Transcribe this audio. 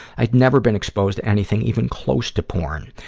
i'd never been exposed to anything even close to porn.